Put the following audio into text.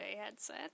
headset